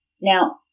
Now